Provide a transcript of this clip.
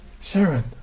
Sharon